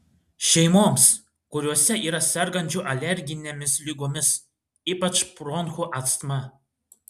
šeimoms kuriose yra sergančių alerginėmis ligomis ypač bronchų astma